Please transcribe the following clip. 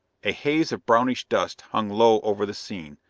a haze of brownish dust hung low over the scene,